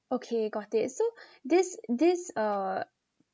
okay got it so this this uh